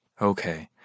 Okay